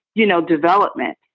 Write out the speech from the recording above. you know, development.